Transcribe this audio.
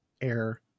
air